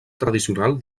tradicional